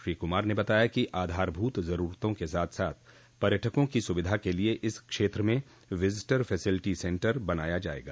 श्री कुमार ने बताया कि आधारभूत जरूरतों के साथ साथ पर्यटकों की सुविधा के लिए इस क्षेत्र में विज़िटर फेसिलिटी सेन्टर बनाया जायेगा